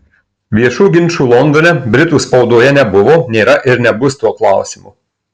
viešų ginčų londone britų spaudoje nebuvo nėra ir nebus tuo klausimu